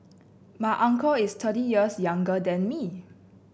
my uncle is thirty years younger than me